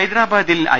ഹൈദരാബാദിൽ ഐ